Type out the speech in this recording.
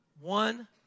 one